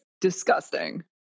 disgusting